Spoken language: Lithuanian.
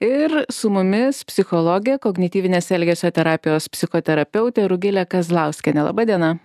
ir su mumis psichologė kognityvinės elgesio terapijos psichoterapeutė rugilė kazlauskienė laba diena